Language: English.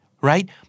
right